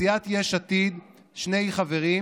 מסיעת יש עתיד שני חברים: